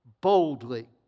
boldly